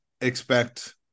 expect